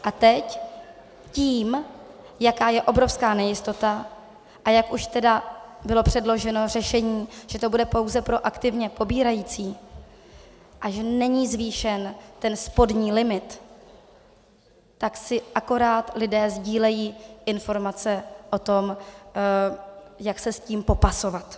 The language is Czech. A teď tím, jaká je obrovská nejistota a jak už tedy bylo předloženo řešení, že to bude pouze pro aktivně pobírající a že není zvýšen ten spodní limit, tak si akorát lidé sdílejí informace o tom, jak se s tím popasovat.